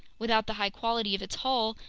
without the high quality of its hull,